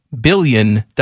billion